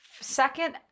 second